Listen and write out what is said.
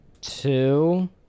Two